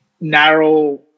narrow